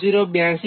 3Ω થશે